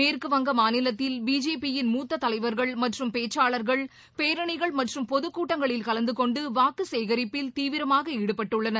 மேற்கு வங்க மாநிலத்தில் பிஜேபியிள் மூத்த தலைவர்கள் மற்றம் பேச்சாளர்கள் பேரணிகள் மற்றம் பொதுக் கூட்டங்களில் கலந்து கொண்டு வாக்குசேகரிப்பில் தீவிரமாக ஈடுபட்டுள்ளனர்